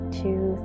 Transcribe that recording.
two